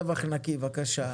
רווח נקי בבקשה.